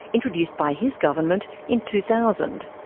introduced by his government in two thousand.